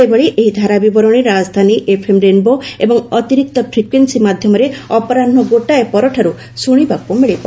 ସେହିଭଳି ଏହି ଧାରାବିବରଣୀ ରାକଧାନୀ ଏଫ୍ଏମ୍ ରେନ୍ବୋ ଏବଂ ଅତିରିକ୍ତ ଫ୍ରିକ୍ୱେନ୍ସି ମାଧ୍ୟମରେ ଅପରାହ୍ନ ଗୋଟାଏ ପରଠାରୁ ଶୁଶିବାକୁ ମିଳିବ